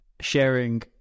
sharing